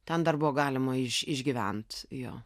ten dar buvo galima išgyvent jo